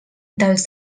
dels